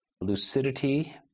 lucidity